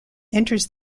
enters